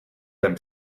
them